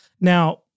Now